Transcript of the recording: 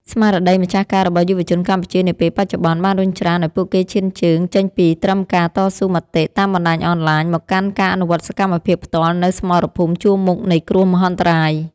ស្មារតីម្ចាស់ការរបស់យុវជនកម្ពុជានាពេលបច្ចុប្បន្ន បានរុញច្រានឱ្យពួកគេឈានជើងចេញពីត្រឹមការតស៊ូមតិតាមបណ្ដាញអនឡាញ មកកាន់ការអនុវត្តសកម្មភាពផ្ទាល់នៅសមរភូមិជួរមុខនៃគ្រោះមហន្តរាយ។